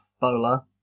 Bola